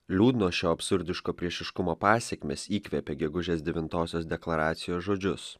liūdno šio absurdiško priešiškumo pasekmės įkvėpė gegužės devintosios deklaracijos žodžius